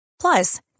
Plus